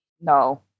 No